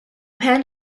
pan